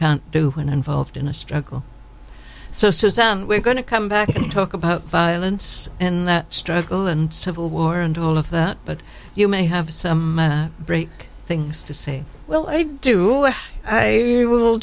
can't do when involved in a struggle so suzanne we're going to come back and talk about lintz and that struggle and civil war and all of that but you may have some great things to say well i do i will